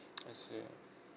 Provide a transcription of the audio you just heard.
I see